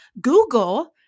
Google